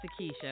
Sakisha